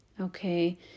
Okay